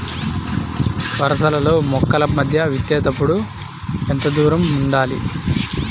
వరసలలో మొక్కల మధ్య విత్తేప్పుడు ఎంతదూరం ఉండాలి?